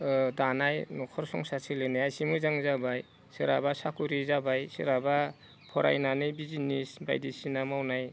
दानाय न'खर संसार सोलिनाया एसे मोजां जाबाय सोरहाबा साख्रि जाबाय सोरहाबा फरायनानै बिजनेस बायदिसिना मावनाय